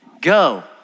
go